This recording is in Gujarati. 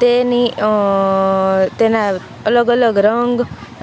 તેની તેના અલગ અલગ રંગ